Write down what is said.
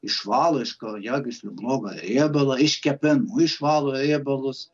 išvalo iš kraujagyslių blogą riebalą iš kepenų išvalo riebalus